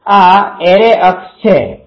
આ એરે અક્ષ છે